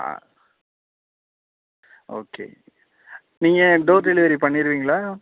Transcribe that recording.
ஆ okay நீங்கள் door delivery பண்ணிருவீங்களா